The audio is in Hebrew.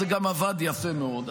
זה גם עבד יפה מאוד.